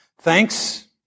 Thanks